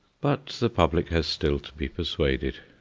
but the public has still to be persuaded.